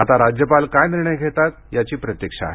आता राज्यपाल काय निर्णय घेतात याची प्रतिक्षा आहे